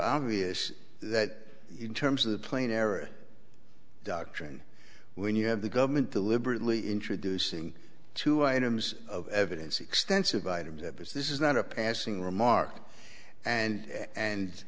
obvious that in terms of the plane error doctrine when you have the government deliberately introducing two items of evidence extensive items that this is not a passing remark and and